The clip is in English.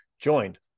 joined